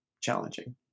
challenging